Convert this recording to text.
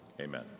Amen